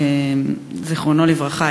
זיכרונו לברכה,